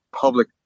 public